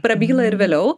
prabyla ir vėliau